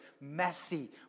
messy